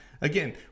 again